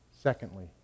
Secondly